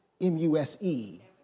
M-U-S-E